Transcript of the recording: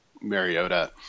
Mariota